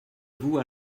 vous